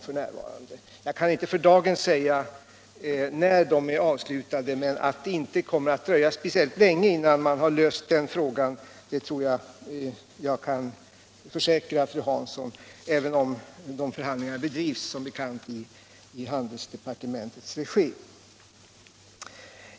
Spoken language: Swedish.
Jag kan för dagen inte säga när de kommer att vara avslutade, men jag kan försäkra fru Hansson att det inte kommer att dröja speciellt länge förrän man löst frågan. Förhandlingarna bedrivs just nu i handelsdepartementets regi.